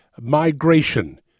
migration